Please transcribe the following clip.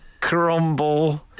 crumble